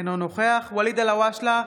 אינו נוכח ואליד אלהואשלה,